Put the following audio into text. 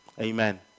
Amen